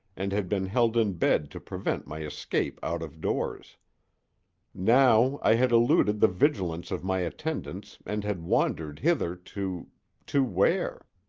and had been held in bed to prevent my escape out-of-doors. now i had eluded the vigilance of my attendants and had wandered hither to to where?